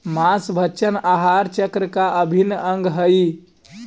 माँसभक्षण आहार चक्र का अभिन्न अंग हई